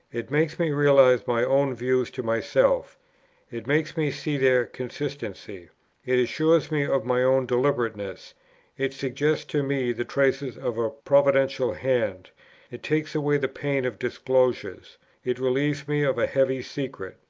it makes me realize my own views to myself it makes me see their consistency it assures me of my own deliberateness it suggests to me the traces of a providential hand it takes away the pain of disclosures it relieves me of a heavy secret.